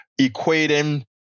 equating